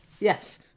Yes